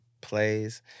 plays